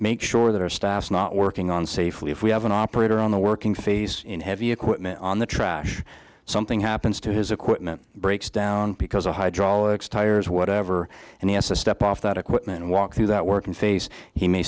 make sure that our staff not working on safely if we have an operator on the working phase in heavy equipment on the trash something happens to his equipment breaks down because a hydraulics tires whatever and he has to step off that equipment and walk through that working face he may